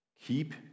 Keep